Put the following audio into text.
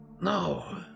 No